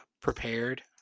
prepared